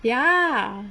ya